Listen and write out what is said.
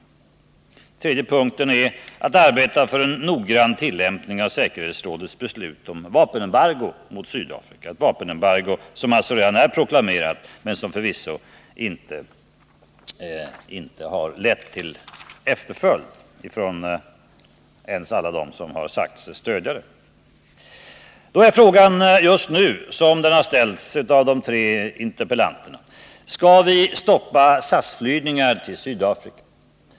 Fredagen den En tredje punkt är att vi skall arbeta för en nogrann tillämpning av 16 november 1979 säkerhetsrådets beslut om vapenembargo mot Sydafrika. Det gäller ett vapenembargo som redan är proklamerat men som förvisso inte har lett till Om åtgärder för efterföljd ens bland alla dem som har sagt sig stödja det. Då är frågan just nu, som den har ställts av de tre interpellanterna: Skall vi stoppa SAS-flygningar till Sydafrika?